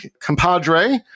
compadre